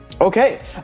Okay